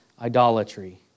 idolatry